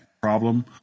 problem